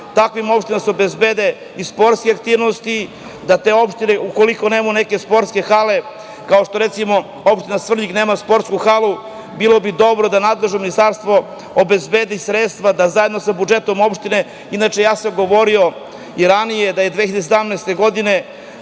takvim opštinama obezbede i sportske aktivnosti, da te opštine ukoliko nemaju sportske hale, kao što je recimo opština Svrljig koja nema sportsku halu, bilo bi dobro da nadležno ministarstvo obezbedi sredstva da zajedno sa budžetom opštine, inače ja sam govorio i ranije da smo 2017. godine